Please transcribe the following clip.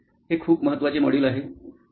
हे खूप महत्वाचे मॉड्यूल आहे